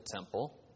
temple